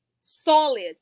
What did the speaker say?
solid